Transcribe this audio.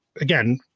again